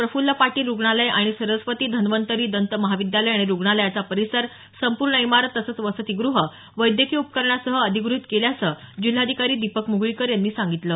प्रफुल्ल पाटील रुग्णालय आणि सरस्वती धनवतरी दत महाविद्यालय आणि रुग्णालयाचा परिसर संपूर्ण इमारत तसंच वसतिगृह वैद्यकीय उपकरणासह अधिगृहीत केल्याचं जिल्हाधिकारी दीपक मुगळीकर यांनी सांगितलं